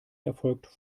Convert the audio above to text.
erfolgt